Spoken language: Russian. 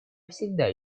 всегда